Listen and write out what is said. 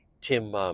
Tim